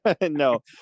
No